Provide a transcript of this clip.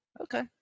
Okay